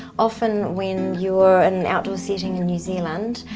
often when you're and outdoors in new zealand,